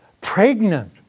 pregnant